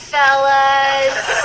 fellas